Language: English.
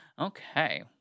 okay